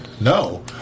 No